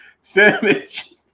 sandwich